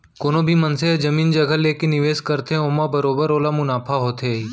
कोनो भी मनसे ह जमीन जघा लेके निवेस करथे ओमा बरोबर ओला मुनाफा होथे ही